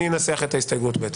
אני אנסח את ההסתייגות בהתאם.